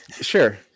sure